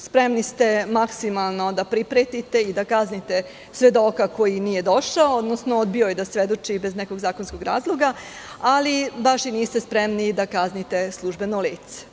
Spremni ste maksimalno da pripretite i da kaznite svedoka koji nije došao, odnosno odbio je da svedoči bez nekog zakonskog razloga, ali baš i niste spremni da kaznite službeno lice.